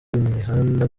imihanda